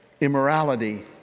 immorality